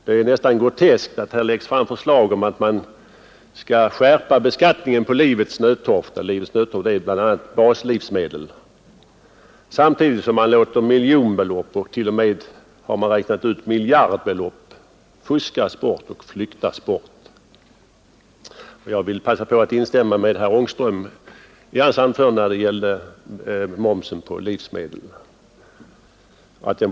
Det är nästan groteskt att här framläggs förslag om att skärpa beskattningen på livets nödtorft, bl.a. baslivsmedel, samtidigt som man låter miljonbelopp och t.o.m. miljardbelopp fuskas bort och flyktas bort. Jag instämmer i vad herr Ångström sade om att momsen på livsmedel borde tas bort.